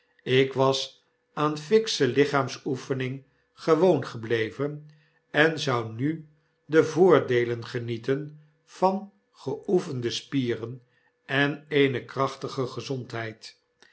ik was aan fiksche lichaamsoefening gewoon gebleven en zou nu de voordeelen genieten vangeoefende spieren en eene krachtige gezondheid